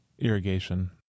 irrigation